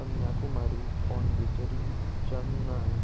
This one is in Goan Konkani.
कन्याकुमारी पोंडिचरी चेन्नय